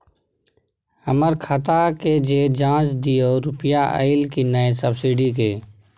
हमर खाता के ज जॉंच दियो रुपिया अइलै की नय सब्सिडी के?